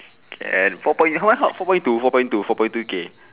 can four point what four point two four point two four point two K